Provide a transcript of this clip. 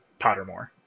Pottermore